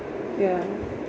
ya